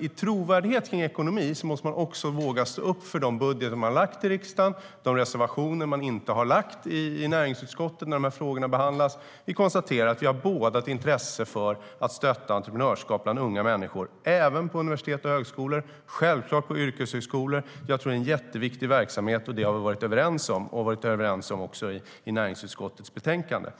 I trovärdighet kring ekonomin måste man också våga stå upp för de budgetar som man har lagt i riksdagen och de reservationer som man inte har lagt i näringsutskottet när frågorna behandlades. Vi konstaterar att vi båda har ett intresse av att stötta entreprenörskap bland unga människor även på universitet och högskolor och självklart på yrkeshögskolor. Jag tror att det är en jätteviktig verksamhet, och det har vi varit överens om. Det har vi varit överens om också i näringsutskottets betänkande.